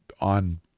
on